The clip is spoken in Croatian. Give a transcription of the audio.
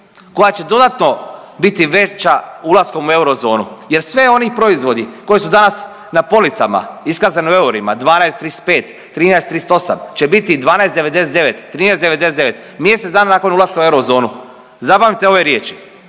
koja će dodatno biti veća ulaskom uz eurozonu jer sve oni proizvodi koji su danas na policama iskazani u eurima 12,35, 13,38 će biti 12,99, 13,99 mjesec dana nakon ulaska u eurozonu. Zapamtite ove riječi,